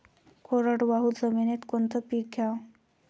कोरडवाहू जमिनीत कोनचं पीक घ्याव?